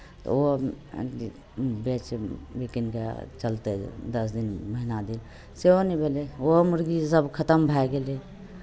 तऽ ओहो बेच बिकिन कऽ चलतै दस दिन महीना दिन सेहो नहि भेलै ओहो मुर्गीसभ खतम भए गेलै